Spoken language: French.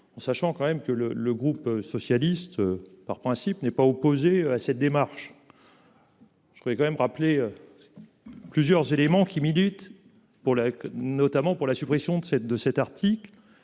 En sachant quand même que le le groupe socialiste par principe n'est pas opposé à cette démarche. Je voudrais quand même rappeler. Plusieurs éléments qui militent pour la notamment pour la suppression de cet, de cet